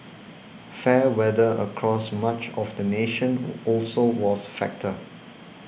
fair weather across much of the nation all also was factor